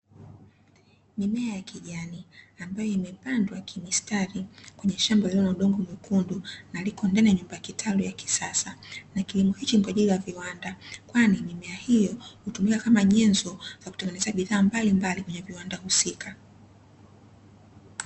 Mimea ya kijani ambayo imepandwa kimistari kwenye shamba lililo na udongo mwekundu, na liko ndani ya nyumba kitalu ya kisasa. Na kilimo hichi ni kwa ajili ya viwanda, kwani mimea hiyo hutumika kama nyenzo ya kutengenezea bidhaa mbalimbali kwenye viwanda husika.